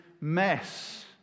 mess